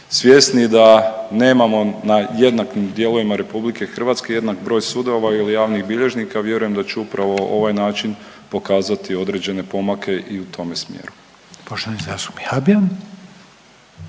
Svjesni da nemamo na jednakim dijelovima RH jednak broj sudova ili javnih bilježnika vjerujem da će upravo ovaj način pokazati određene pomake i u tome smjeru.